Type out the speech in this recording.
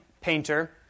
painter